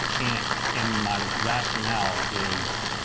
and and my rationale is